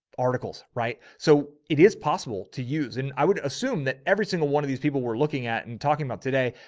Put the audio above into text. articles. right. so it is possible to use. and i would assume that every single one of these people were looking at and talking about today,